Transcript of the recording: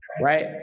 Right